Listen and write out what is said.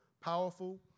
powerful